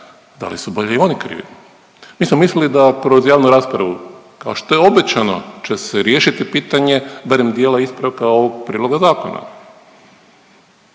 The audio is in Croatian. da li su bili oni krivi. Mi smo mislili da kroz javnu raspravu kao što je obećano će se riješiti pitanje barem dijela ispravka ovog priloga zakona.